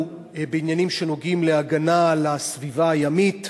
בעניינים שנוגעים להגנה על הסביבה הימית